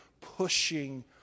pushing